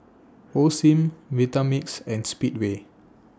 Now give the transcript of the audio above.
Osim Vitamix and Speedway